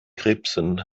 krebsen